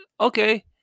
okay